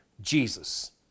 Jesus